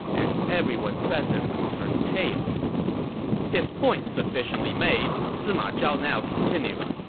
and everyone present turned pale his point sufficiently made, sima zhao now continued,